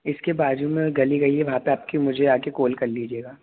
इसके बाज़ू में गली गई है वहाँ पर आकर मुझे आकर कोल कर लीजिएगा